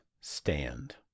Stand